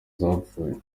zapfuye